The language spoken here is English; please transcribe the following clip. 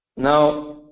now,